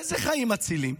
אילו חיים מצילים?